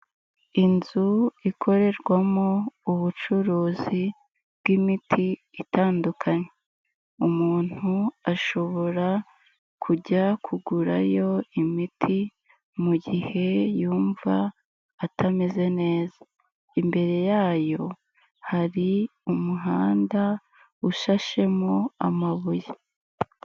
Inzu ikorerwamo ubucuruzi bw'imiti itandukanye. Umuntu ashobora kujya kugurayo imiti mu gihe yumva atameze neza. Imbere yayo hari umuhanda, ushashemo amabuye.